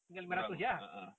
kurang uh uh